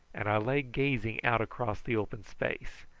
and i lay gazing out across the open space,